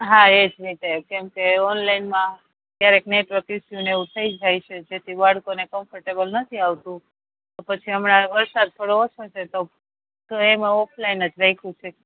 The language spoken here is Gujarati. હા એ છે તે કેમકે ઓનલાઈનમાં ક્યારેક નેટવર્ક ઇસ્યુ ને એવું થઈ જાય છે જેથી બાળકોને કમ્ફર્ટેબલ નથી આવતું પછી હમણાં વરસાદ થોડો ઓછો છેતો તો એમાં ઓફલાઈન જ રાખ્યું છે